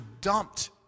dumped